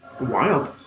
wild